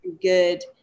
good